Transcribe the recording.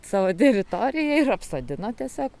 savo teritoriją ir apsodina tiesiog